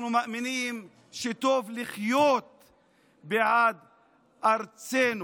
אנחנו מאמינים שטוב לחיות בעד ארצנו.